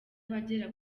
abagera